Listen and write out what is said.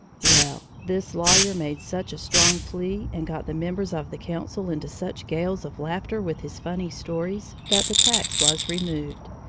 well this lawyer made such a strong plea, and got the members of the council into such gales of laughter with his funny stories, that the tax was removed,